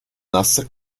nasse